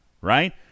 Right